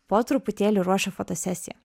po truputėlį ruošia fotosesiją